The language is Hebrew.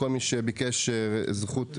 כל מי שביקש רשות דיבור.